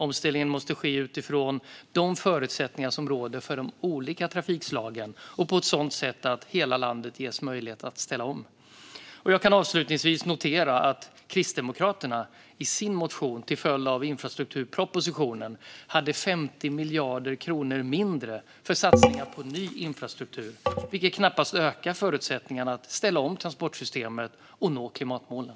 Omställningen måste ske utifrån de förutsättningar som råder för de olika trafikslagen och på ett sådant sätt att hela landet ges möjlighet att ställa om. Jag kan avslutningsvis notera att Kristdemokraterna i sin motion till följd av infrastrukturpropositionen hade 50 miljarder kronor mindre för satsningar på ny infrastruktur, vilket knappast förbättrar förutsättningarna att ställa om transportsystemet och nå klimatmålen.